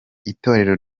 itorero